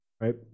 Right